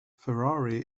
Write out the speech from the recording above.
ferrari